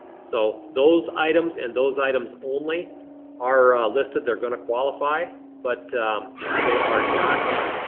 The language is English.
so those items and those items only are listed they're gonna qualify but they are not.